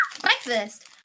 Breakfast